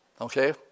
okay